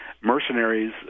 Mercenaries